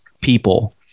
people